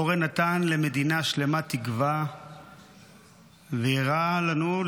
אורן נתן למדינה שלמה תקווה והראה לנו,